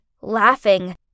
laughing